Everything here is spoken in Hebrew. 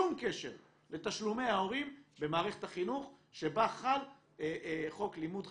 שום קשר לתשלומי ההורים במערכת החינוך שבה חל חוק לימוד חובה.